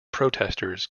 protesters